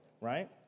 right